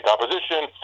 opposition